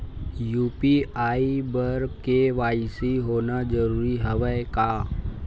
UPI बर KYC होना जरूरी हवय का?